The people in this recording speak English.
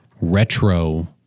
retro